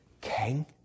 King